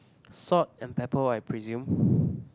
salt and pepper I presume